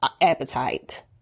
appetite